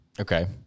Okay